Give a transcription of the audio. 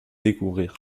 découvrir